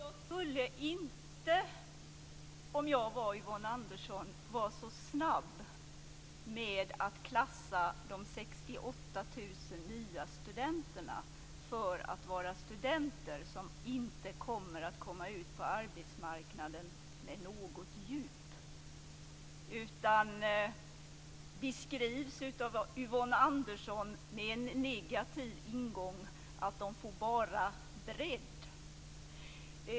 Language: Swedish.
Fru talman! Jag skulle inte om jag var Yvonne Andersson vara så snabb med att klassa de 68 000 nya studenterna som studenter som inte kommer att komma ut på arbetsmarknaden med något djup. De beskrivs med en negativ ingång av Yvonne Andersson, att de bara får bredd.